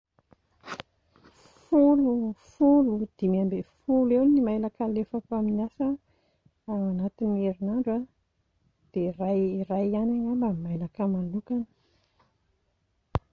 Folo folo, dimy ambin'ny folo eo ny mailaka alefako amin'ny asa ao anatin'ny herinandro a, dia iray ihany angamba ny mailaka manokana